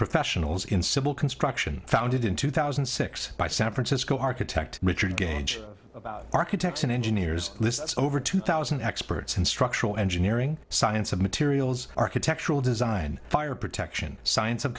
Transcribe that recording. professionals in civil construction founded in two thousand and six by san francisco architect richard gauge about architects and engineers lists over two thousand experts in structural engineering science of materials architectural design fire protection science of